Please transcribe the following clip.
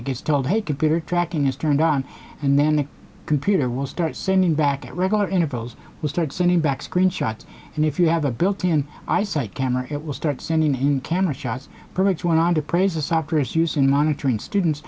it gets told hey computer tracking is turned on and then the computer will start sending back at regular intervals will start sending back screenshots and if you have a built in eyesight camera it will start sending in camera shots perfect went on to praise a softer is used in monitoring students